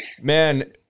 man